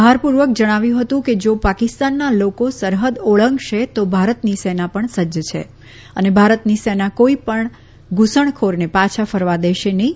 સંરક્ષણમંત્રી રાજનાથસિંહે જણાવ્યું હતું કે જા પાકિસ્તાનના લોકો સરહદ ઓળંગશે તો ભારતની સેના પણ સજ્જ છે અને ભારતની સેના કોઇપણ ધુસણખોરને પાછા ફરવા દેશે નહીં